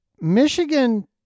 Michigan